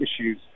issues